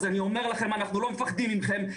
אז אני אומר לכם: אנחנו לא מפחדים מכם,